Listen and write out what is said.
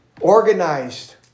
Organized